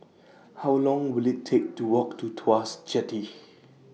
How Long Will IT Take to Walk to Tuas Jetty